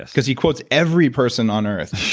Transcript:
because he quotes every person on earth